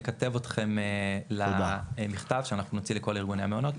נכתב אותכם למכתב שאנחנו נוציא לכל ארגוני המעונות,